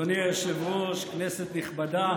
אדוני היושב-ראש, כנסת נכבדה,